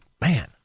man